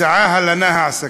הסעה, הלנה, העסקה.